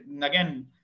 again